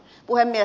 puhemies